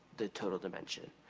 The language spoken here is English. the total dimension.